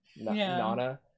nana